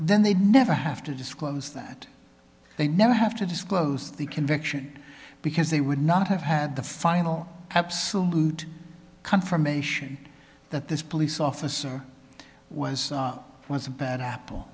then they'd never have to disclose that they never have to disclose the conviction because they would not have had the final absolute confirmation that this police officer was once a bad apple